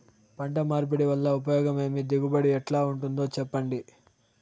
పంట మార్పిడి వల్ల ఉపయోగం ఏమి దిగుబడి ఎట్లా ఉంటుందో చెప్పండి?